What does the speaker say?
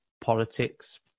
politics